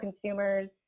consumers